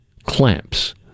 clamps